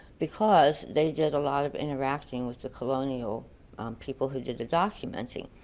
because they did a lot of interacting with the colonial people who did the documenting,